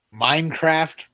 Minecraft